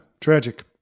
Tragic